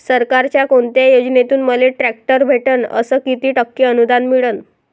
सरकारच्या कोनत्या योजनेतून मले ट्रॅक्टर भेटन अस किती टक्के अनुदान मिळन?